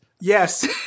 Yes